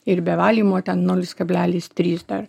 ir be valymo ten nulis kablelis trys dar